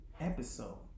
episode